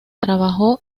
trabajó